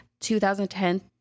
2010